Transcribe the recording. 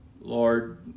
Lord